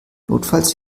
notfalls